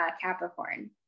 Capricorn